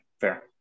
fair